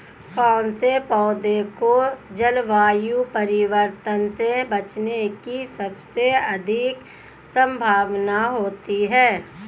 कौन से पौधे को जलवायु परिवर्तन से बचने की सबसे अधिक संभावना होती है?